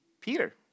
Peter